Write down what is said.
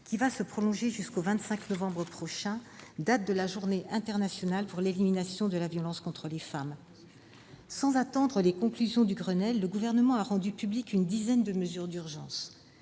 qui se prolongera jusqu'au 25 novembre prochain, date de la Journée internationale pour l'élimination de la violence à l'égard des femmes. Sans attendre les conclusions du Grenelle, le Gouvernement a rendu publiques une dizaine de mesures d'urgence.